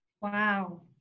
Wow